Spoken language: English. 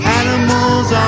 animals